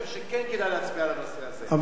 ואני חושב שכן כדאי להצביע על הנושא הזה.